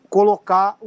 colocar